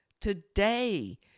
today